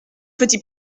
petit